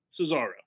Cesaro